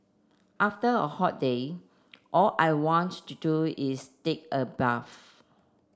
after a hot day all I want to do is take a bath